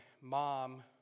mom